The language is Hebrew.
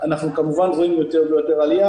אנחנו כמובן רואים יותר ויותר עלייה